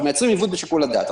אנחנו מייצרים עיוות בשיקול הדעת.